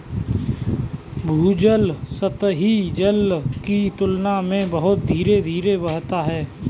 भूजल सतही जल की तुलना में बहुत धीरे धीरे बहता है